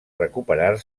recuperar